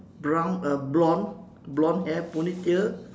brown uh blonde blonde hair ponytail